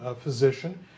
physician